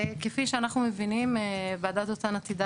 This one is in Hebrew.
וכפי שאנחנו מבינים ועדת דותן עתידה